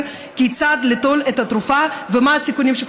כיצד ליטול את התרופה ומה הסיכונים.